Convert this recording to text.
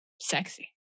sexy